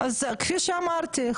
כפי שאמרתי,